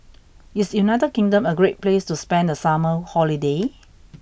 is United Kingdom a great place to spend the summer holiday